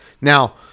Now